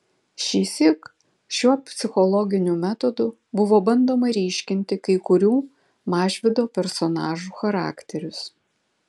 šįsyk šiuo psichologiniu metodu buvo bandoma ryškinti kai kurių mažvydo personažų charakterius